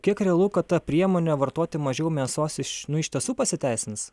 kiek realu kad ta priemonė vartoti mažiau mėsos iš nu iš tiesų pasiteisins